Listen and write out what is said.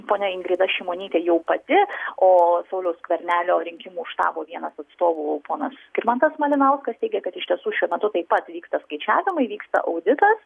ponia ingrida šimonytė jau pati o sauliaus skvernelio rinkimų štabo vienas atstovų ponas skirmantas malinauskas teigia kad iš tiesų šiuo metu taip pat vyksta skaičiavimai vyksta auditas